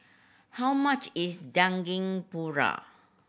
how much is paru